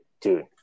Dude